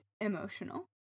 emotional